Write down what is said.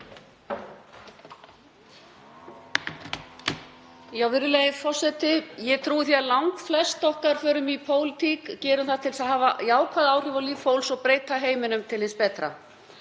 Virðulegi forseti. Ég trúi því að langflest okkar sem förum í pólitík gerum það til að hafa jákvæð áhrif á líf fólks og breyta heiminum til hins betra.